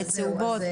צהובות.